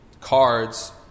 cards